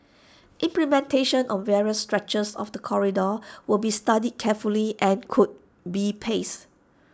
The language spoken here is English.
implementation on various stretches of the corridor will be studied carefully and could be paced